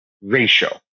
ratio